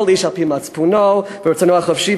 כל איש על-פי מצפונו ורצונו החופשי.